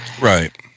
Right